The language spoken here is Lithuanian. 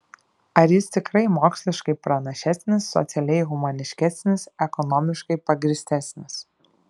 ar jis tikrai moksliškai pranašesnis socialiai humaniškesnis ekonomiškai pagrįstesnis